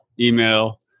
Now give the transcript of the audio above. email